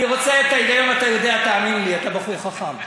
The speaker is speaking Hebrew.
את ההיגיון אתה יודע, תאמין לי, אתה בחור חכם.